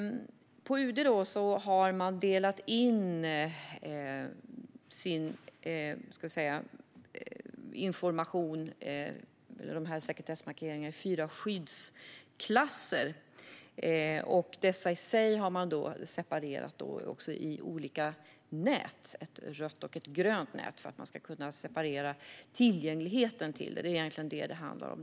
På UD har man delat in sin information, dessa sekretessmarkeringar, i fyra skyddsklasser. Dessa har man separerat i olika nät - ett rött och ett grönt nät - för att man ska kunna separera tillgängligheten till det. Det är egentligen det som det handlar om.